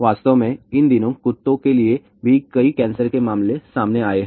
वास्तव में इन दिनों कुत्तों के लिए भी कई कैंसर के मामले सामने आए हैं